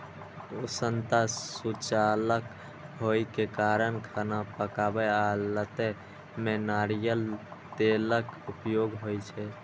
उष्णता सुचालक होइ के कारण खाना पकाबै आ तलै मे नारियल तेलक उपयोग होइ छै